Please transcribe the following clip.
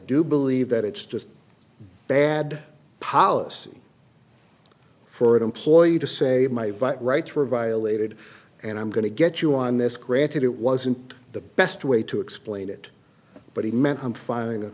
do believe that it's just bad policy for an employee to say of my butt rights were violated and i'm going to get you on this granted it wasn't the best way to explain it but he meant i'm filing a